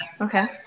Okay